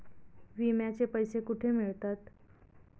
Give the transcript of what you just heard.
विम्याचे पैसे कुठे मिळतात?